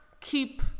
keep